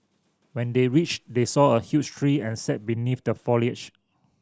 when they reached they saw a huge tree and sat beneath the foliage